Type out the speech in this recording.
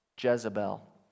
Jezebel